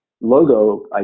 logo